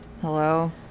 Hello